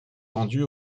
vendus